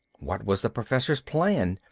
what was the professor's plan?